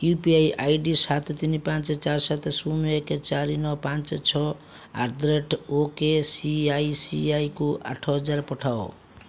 you P I I D ସାତ ତିନି ପାଞ୍ଚ ଚାରି ସାତ ଶୂନ ଏକ ଚାରି ନଅ ପାଞ୍ଚ ଛଅ ଆଟ୍ ଦ ରେଟ୍ ଓକେସିଆଇସିଆଇକୁ ଆଠ ହଜାର ପଠାଅ